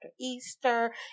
Easter